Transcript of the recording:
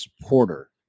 supporter